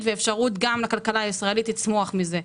ואפשרות גם לכלכלה הישראלית לצמוח מזה.